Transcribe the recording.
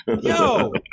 Yo